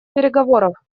переговоров